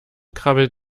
krabbelt